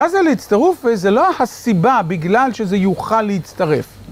מה זה להצטרוף? זה לא הסיבה בגלל שזה יוכל להצטרף.